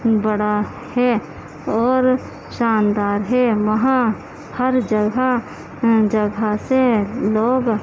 ہی بڑا ہے اور شاندار ہے وہاں ہر جگہ جگہ سے لوگ